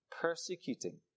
persecuting